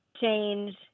change